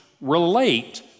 relate